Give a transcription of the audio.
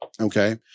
Okay